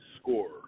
scorer